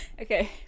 Okay